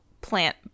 plant